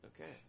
Okay